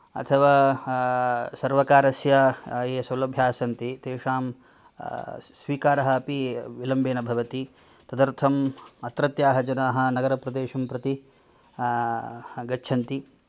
अथवा सर्वकारस्य ये सौलभ्याः सन्ति तेषां स्वीकारः अपि विलम्बेन भवति तदर्थम् अत्रत्याः जनाः नगरप्रदेशं प्रति गच्छन्ति